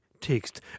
text